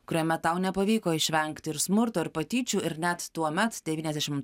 kuriame tau nepavyko išvengti ir smurto ir patyčių ir net tuomet devyniasdešimt